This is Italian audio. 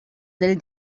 del